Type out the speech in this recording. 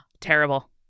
Terrible